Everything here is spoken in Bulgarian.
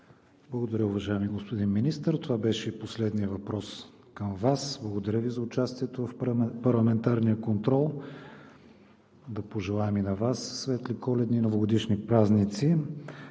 Благодаря, уважаеми господин Министър. Това беше последният въпрос към Вас. Благодаря Ви за участието в парламентарния контрол. Да пожелаем и на Вас светли Коледни и Новогодишни празници!